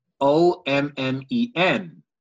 O-M-M-E-N